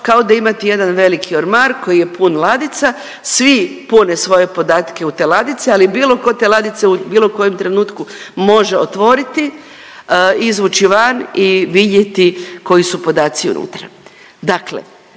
kao da imate jedan veliki ormar koji je pun ladica, svi pune svoje podatke u te ladice ali bilo tko te ladice u bilo kojem trenutku može otvoriti, izvući van i vidjeti koji su podaci unutra.